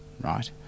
right